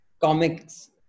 comics